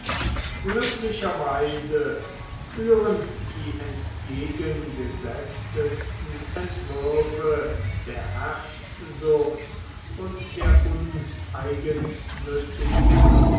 glücklicherweise führen die entgegengesetztesten entwürfe der herrschsucht und der uneigennützigsten